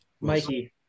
Mikey